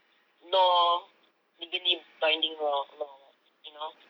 law legally binding law law [what] you know